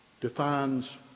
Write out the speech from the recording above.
Defines